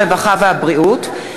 הרווחה והבריאות,